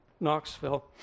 Knoxville